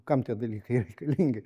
kam tie dalykai reikalingi